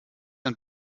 ein